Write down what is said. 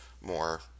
more